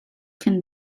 can